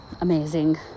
amazing